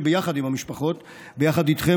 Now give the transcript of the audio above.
שביחד עם המשפחות וביחד איתכם,